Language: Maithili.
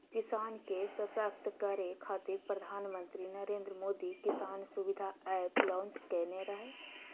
किसान के सशक्त करै खातिर प्रधानमंत्री नरेंद्र मोदी किसान सुविधा एप लॉन्च केने रहै